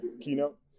keynote